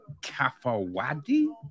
Kafawadi